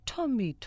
Tommy